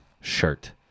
shirt